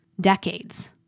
decades